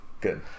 good